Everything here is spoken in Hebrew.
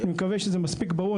אני מקווה שזה מספיק ברור,